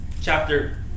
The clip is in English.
chapter